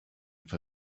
for